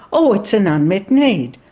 oh, it's an unmet need.